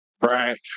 right